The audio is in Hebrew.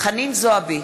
חנין זועבי,